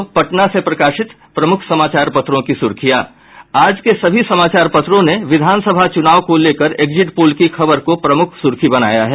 अब पटना से प्रकाशित प्रमुख समाचार पत्रों की सुर्खियां आज के सभी समाचार पत्रों ने विधानसभा चुनाव को लेकर एग्जिट पोल की खबर को प्रमुख सूर्खी बनाया है